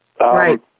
Right